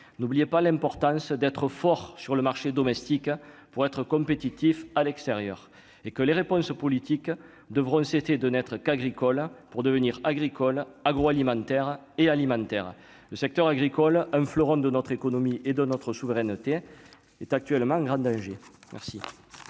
n'oubliez pas l'importance d'être fort sur le marché domestique pour être compétitif à l'extérieur et que les réponses politiques devront aussi été de n'être qu'agricole pour devenir agricole, agroalimentaire et alimentaire, le secteur agricole, un fleuron de notre économie et de notre souveraineté est actuellement en grand danger. Merci,